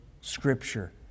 Scripture